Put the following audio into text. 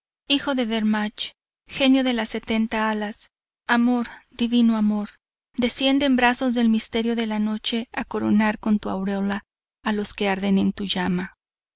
hijo de bermach genio de las setenta alas amor divino amor desciende en brazos del misterio de la noche a coronar con tu aureola a los que arden en tu llama